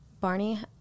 Barney